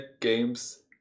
games